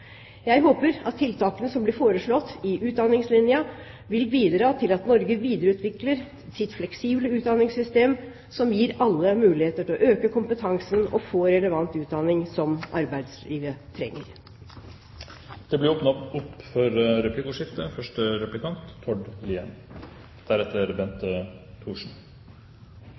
Jeg håper at tiltakene som blir foreslått i Utdanningslinja, vil bidra til at Norge videreutvikler sitt fleksible utdanningssystem som gir alle muligheter til å øke sin kompetanse og få relevant utdanning som arbeidslivet trenger. Det blir åpnet opp for replikkordskifte.